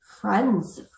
friends